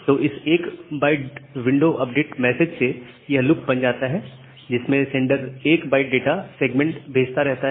तो इस 1 byte window update message से यह लूप बन जाता है जिसमें सेंडर 1 बाइट डाटा सेगमेंट भेजता रहता है